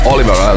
Oliver